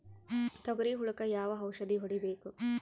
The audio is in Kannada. ತೊಗರಿ ಹುಳಕ ಯಾವ ಔಷಧಿ ಹೋಡಿಬೇಕು?